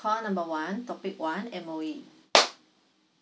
call number one topic one M_O_E